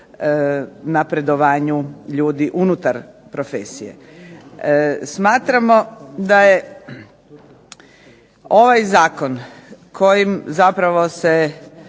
napredovanju ljudi unutar profesije. Smatramo da je ovaj zakon kojim zapravo se